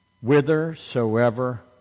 whithersoever